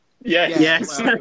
yes